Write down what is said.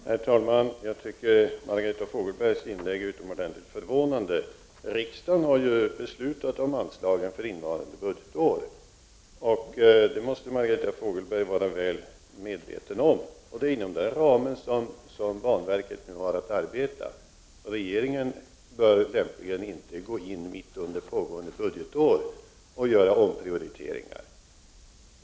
Herr talman! Jag tycker att Margareta Fogelbergs inlägg är utomordentligt förvånande. Riksdagen har beslutat om anslagen för innevarande budgetår. Det måste Margareta Fogelberg vara väl medveten om. Banverket har nu att arbeta inom den ramen. Regeringen bör lämpligen inte gå in mitt under pågående budgetår och göra omprioriteringar.